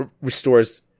restores